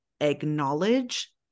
acknowledge